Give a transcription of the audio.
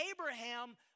Abraham